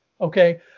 Okay